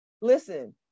listen